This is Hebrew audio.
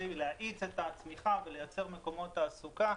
להאיץ את הצמיחה ולייצר מקומות תעסוקה